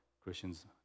christians